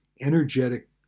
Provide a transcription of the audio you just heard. energetic